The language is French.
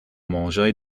manger